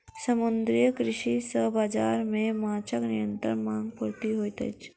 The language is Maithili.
समुद्रीय कृषि सॅ बाजार मे माँछक निरंतर मांग पूर्ति होइत अछि